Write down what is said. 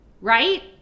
right